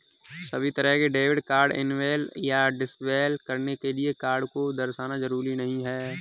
सभी तरह के डेबिट कार्ड इनेबल या डिसेबल करने के लिये कार्ड को दर्शाना जरूरी नहीं है